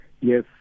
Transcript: Yes